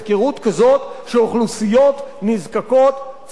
שאוכלוסיות נזקקות צריכות לגור ברחוב?